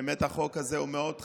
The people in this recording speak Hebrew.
באמת מאוד חשוב,